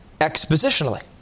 expositionally